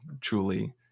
truly